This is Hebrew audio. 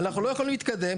אנחנו לא יכולים להתקדם.